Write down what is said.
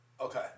Okay